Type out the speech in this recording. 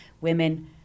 women